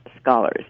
scholars